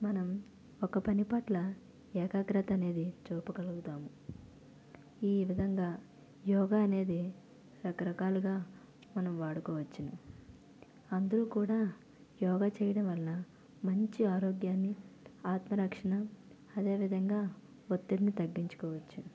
మనం ఒక పనిపట్ల ఏకాగ్రత అనేది చూపగలుతాము ఈ విధంగా యోగా అనేది రకరకాలుగా మనం వాడుకోవచ్చు అందరు కూడా యోగా చేయడం వలన మంచి ఆరోగ్యాన్ని ఆత్మరక్షణ అదే విధంగా ఒత్తిడిని తగ్గించుకోవచ్చు